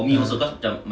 ah